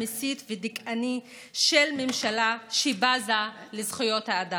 המסית והדכאני של ממשלה שבזה לזכויות אדם.